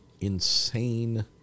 insane